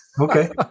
Okay